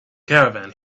caravan